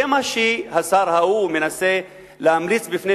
זה מה שהשר ההוא מנסה להמליץ בפני